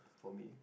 for me